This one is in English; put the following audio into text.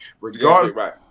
regardless